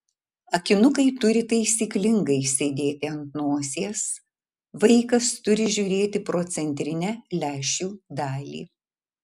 akinukai turi taisyklingai sėdėti ant nosies vaikas turi žiūrėti pro centrinę lęšių dalį